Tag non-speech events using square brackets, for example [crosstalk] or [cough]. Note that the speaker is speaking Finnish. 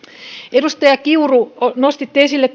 edustaja kiuru nostitte esille [unintelligible]